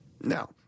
Now